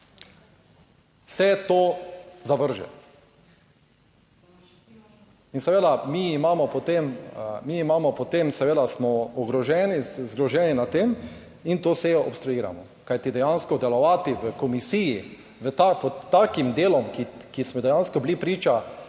seveda mi imamo potem, mi imamo, potem seveda smo ogroženi, zgroženi nad tem in to sejo obstruiramo, kajti dejansko delovati v komisiji pod takim delom, ki smo dejansko bili priča,